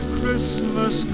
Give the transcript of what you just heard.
Christmas